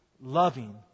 loving